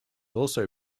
also